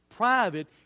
Private